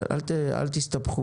אל תסתבכו